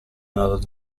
not